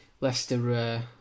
Leicester